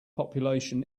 population